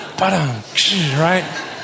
Right